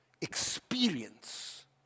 experience